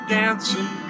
dancing